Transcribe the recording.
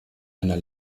einer